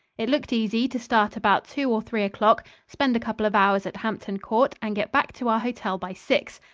it looked easy to start about two or three o'clock, spend a couple of hours at hampton court and get back to our hotel by six.